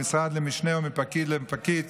ממשרד למשנהו ומפקיד לפקיד,